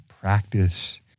Practice